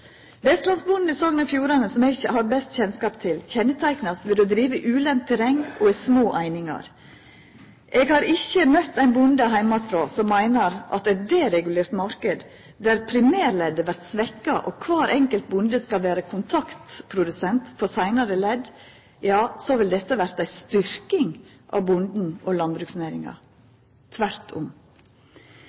Vestlandsbonden i Sogn og Fjordane, som eg har best kjennskap til, er kjenneteikna av å driva i ulendt terreng og i små einingar. Eg har ikkje møtt ein bonde heimanfrå som meiner at ein deregulert marknad, der primærleddet vert svekt og kvar enkelt bonde skal vera kontaktprodusent for seinare ledd, vil verta ei styrking av bonden og landbruksnæringa – tvert om.